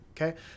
okay